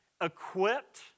equipped